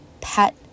pet